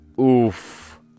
oof